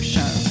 Show